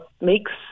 makes